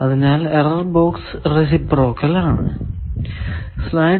അതിനാൽ error box reciprocal ആണ്